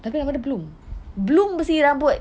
they're going over the bloom bloom was era boat